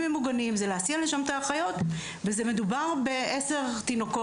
ממוגנים והסעת אחיות וכל זה עבור תינוקות